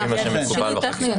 עושים מה שמקובל בחקיקה.